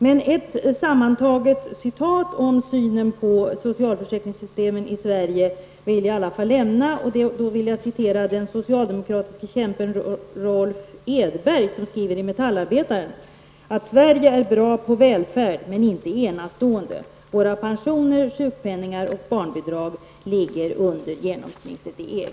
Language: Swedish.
Jag vill ändå anföra ett citat om synen på socialförsäkringssystemen i Sverige. Det är av den socialdemokratiske kämpen Rolf Edberg, som i Metallarbetaren skriver: Sverige är bra på välfärd men inte enastående. Våra pensioner, sjukpenningar och barnbidrag ligger under genomsnittet i EG.